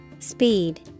Speed